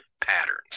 patterns